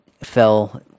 fell